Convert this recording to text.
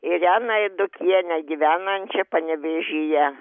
ireną eidukienę gyvenančią panevėžyje